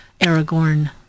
Aragorn